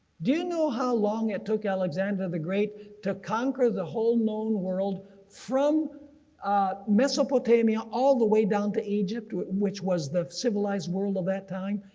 do you know how long it took alexander the great to conquer the whole known world from mesopotamia all the way down to egypt, which was the civilized world of that time.